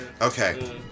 okay